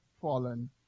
fallen